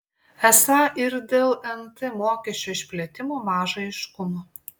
esą ir dėl nt mokesčio išplėtimo maža aiškumo